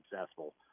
successful